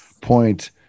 point